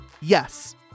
Yes